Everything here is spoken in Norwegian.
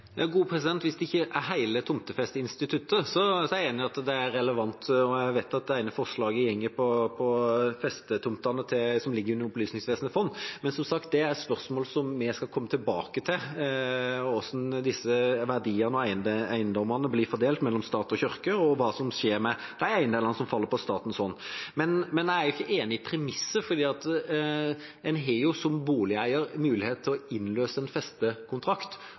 Hvis det ikke gjelder hele tomtefesteinstituttet, er jeg enig i at det er relevant, og jeg vet at det ene forslaget handler om festetomtene som ligger under Opplysningsvesenets fond. Men som sagt: Det er et spørsmål vi skal komme tilbake til, og også hvordan disse verdiene og eiendommene blir fordelt mellom stat og kirke, og hva som skjer med de eiendelene som faller på statens hånd. Men jeg er ikke enig i premisset, for som boligeier har man muligheten til å innløse en